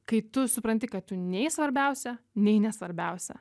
kai tu supranti kad tu nei svarbiausia nei ne svarbiausia